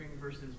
versus